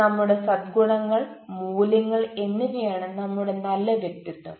നമ്മുടെ സദ്ഗുണങ്ങൾ മൂല്യങ്ങൾ എന്നിവയാണ് നമ്മുടെ നല്ല വ്യക്തിത്വം